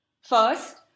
First